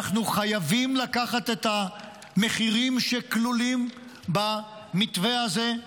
אנחנו חייבים לקחת את המחירים שכלולים במתווה הזה,